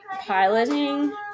piloting